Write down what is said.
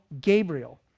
Gabriel